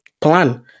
Plan